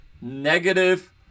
negative